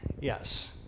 Yes